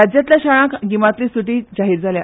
राज्यांतल्या शाळांक गिमांतली सुटी आयज जाहीर जाल्या